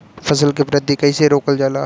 फसल के वृद्धि कइसे रोकल जाला?